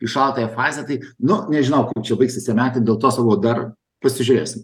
į šaltąją fazę tai nu nežinau kaip čia baigsis tie metai dėl to sakau dar pasižiūrėsim